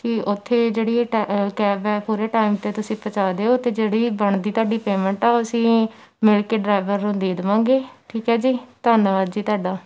ਕਿ ਉੱਥੇ ਜਿਹੜੀ ਇਹ ਟੈ ਕੈਬ ਹੈ ਪੂਰੇ ਟਾਈਮ 'ਤੇ ਤੁਸੀਂ ਪਹੁੰਚਾ ਦਿਉ ਅਤੇ ਜਿਹੜੀ ਬਣਦੀ ਤੁਹਾਡੀ ਪੇਮੈਂਟ ਹੈ ਉਹ ਅਸੀਂ ਮਿਲ ਕੇ ਡਰਾਈਵਰ ਨੂੰ ਦੇ ਦੇਵਾਂਗੇ ਠੀਕ ਹੈ ਜੀ ਧੰਨਵਾਦ ਜੀ ਤੁਹਾਡਾ